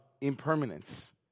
impermanence